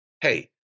Hey